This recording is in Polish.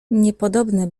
niepodobna